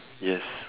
yes